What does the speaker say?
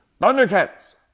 thundercats